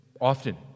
often